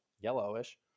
yellowish